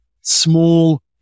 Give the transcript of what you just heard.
small